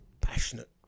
Passionate